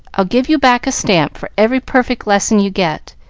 i'll give you back a stamp for every perfect lesson you get,